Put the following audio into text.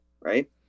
right